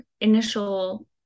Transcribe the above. initial